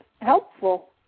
helpful